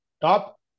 Top